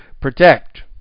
protect